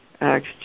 Acts